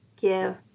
give